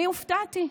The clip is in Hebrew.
אני הופתעתי.